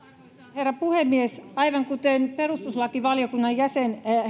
herra puhemies aivan kuten perustuslakivaliokunnan jäsen